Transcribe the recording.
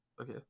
okay